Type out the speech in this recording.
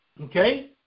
okay